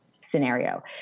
scenario